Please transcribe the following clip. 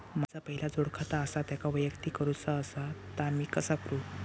माझा पहिला जोडखाता आसा त्याका वैयक्तिक करूचा असा ता मी कसा करू?